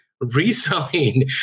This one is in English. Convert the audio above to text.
reselling